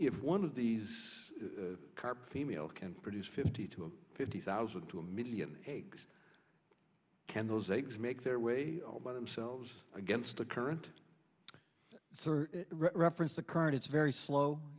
if one of these carp females can produce fifty to fifty thousand to a million eggs can those eggs make their way all by themselves against the current reference the current is very slow